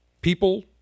people